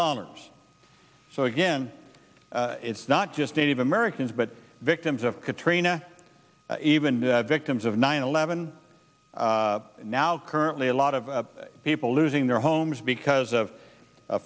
dollars so again it's not just native americans but victims of katrina even victims of nine eleven now currently a lot of people losing their homes because of